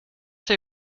they